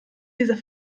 dieser